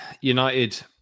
United